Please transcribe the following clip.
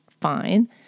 fine